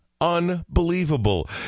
unbelievable